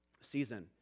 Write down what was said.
season